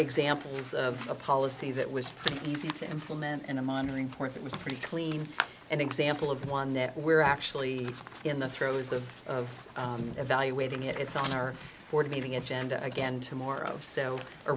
examples of a policy that was easy to implement and a monitoring point that was pretty clean an example of one that we're actually in the throes of evaluating it it's on our board meeting agenda again tomorrow so or